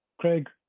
Craig